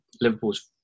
Liverpool's